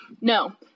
no